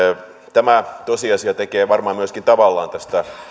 tämä tosiasia tekee varmaan myöskin tavallaan tästä